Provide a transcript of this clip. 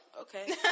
Okay